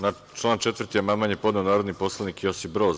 Na član 4. amandman je podneo narodni poslanik Josip Broz.